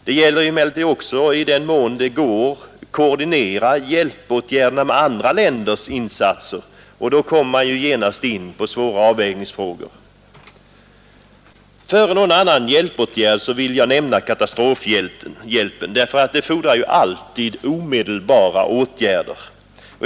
Det gäller emellertid, i den mån det går, att koordinera hjälpåtgärderna med andra länders insatser, och då kommer man genast in på svåra avvägningsfrågor. Före någon annan hjälpåtgärd vill jag nämna katastrofhjälpen — katastrofer fordrar ju alltid omedelbara åtgärder.